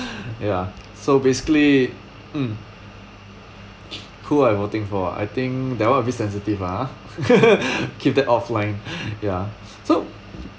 ya so basically mm who I voting for ah I think that one a bit be sensitive lah ah keep that offline ya so